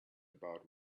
about